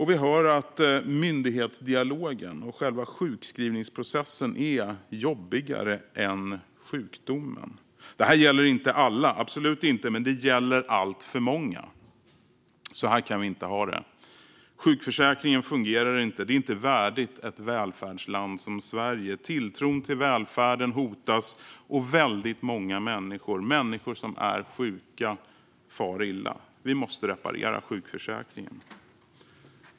Vi hör att myndighetsdialogen, och själva sjukskrivningsprocessen, är jobbigare än sjukdomen. Det här gäller inte alla, absolut inte. Men det gäller alltför många. Så här kan vi inte ha det. Sjukförsäkringen fungerar inte. Det är inte värdigt ett välfärdsland som Sverige. Tilltron till välfärden hotas. Väldigt många människor - människor som är sjuka - far illa. Vi måste reparera sjukförsäkringen!